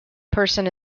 person